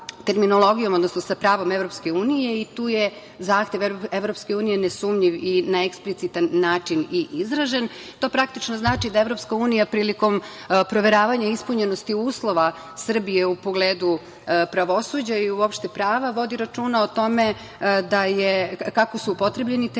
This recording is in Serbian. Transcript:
odnosno sa pravom Evropske unije i tu je zahtev Evropske unije nesumnjiv i na eksplicitan način i izražen. To praktično znači da Evropska unija prilikom proveravanja ispunjenosti uslova Srbije u pogledu pravosuđa i uopšte prava vodi računa o tome kako su upotrebljeni termini,